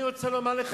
אני רוצה לומר לך,